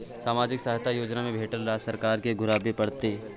सामाजिक सहायता योजना में भेटल राशि सरकार के घुराबै परतै?